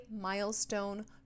Milestone